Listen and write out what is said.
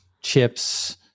chips